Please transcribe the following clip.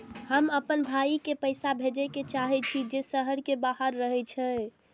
हम आपन भाई के पैसा भेजे के चाहि छी जे शहर के बाहर रहे छै